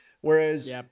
Whereas